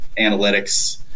analytics